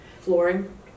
flooring